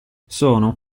sono